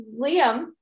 liam